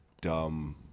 dumb